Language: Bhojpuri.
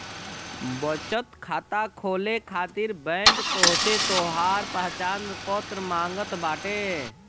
बचत खाता खोले खातिर बैंक तोहसे तोहार पहचान पत्र मांगत बाटे